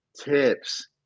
tips